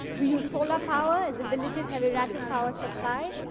we use solar power, as the villages have erratic power supply.